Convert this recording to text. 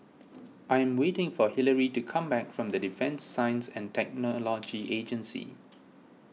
I am waiting for Hillery to come back from the Defence Science and Technology Agency